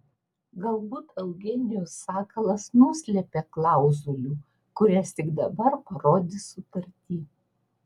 galbūt eugenijus sakalas nuslėpė klauzulių kurias tik dabar parodys sutarty